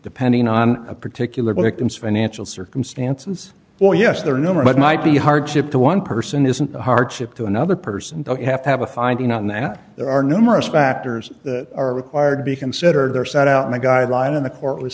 depending on a particular when it comes financial circumstances well yes there are numerous it might be hardship to one person isn't a hardship to another person you have to have a finding on that there are numerous factors that are required to be considered there sat out in the guideline in the court was